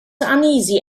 uneasy